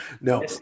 no